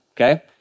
Okay